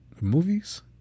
Movies